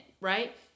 right